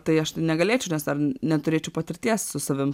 tai aš tai negalėčiau nes dar neturėčiau patirties su savim